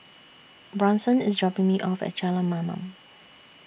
Bronson IS dropping Me off At Jalan Mamam